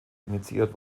initiiert